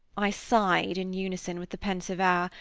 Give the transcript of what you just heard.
i sighed in unison with the pensive hour,